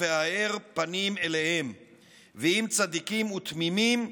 האר פנים אליהם / ועם צדיקים ותמימים /